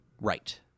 Right